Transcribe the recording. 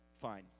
fine